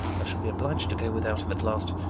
i shall be obliged to go without him at last